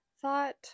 thought